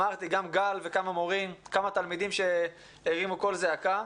יישר כוח גם למורים והתלמידים שהרימו קול זעקה.